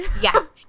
Yes